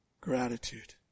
gratitude